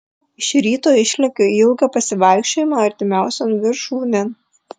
iš ryto išlekiu į ilgą pasivaikščiojimą artimiausion viršūnėn